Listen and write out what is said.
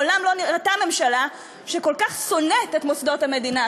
מעולם לא נראתה ממשלה שכל כך שונאת את מוסדות המדינה,